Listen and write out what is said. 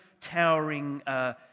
towering